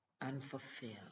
unfulfilled